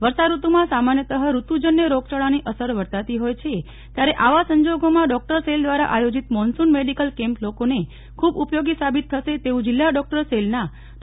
વર્ષાઋતુમાં સામાન્યતઃ ઋતુજન્ય રોગયાળાની અસર વર્તાતી હોય છે ત્યારે આવા સંજોગોમાં ડોકટર સેલ દ્વારા આયોજિત મોન્સૂન મેડિકલ કેમ્પ લોકોને ખૂબ ઉપયોગી સાબિત થશે તેવું જિલ્લા ડોકટર સેલના ડો